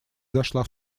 зашла